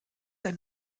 der